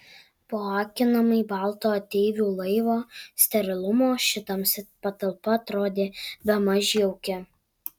po akinamai balto ateivių laivo sterilumo ši tamsi patalpa atrodė bemaž jauki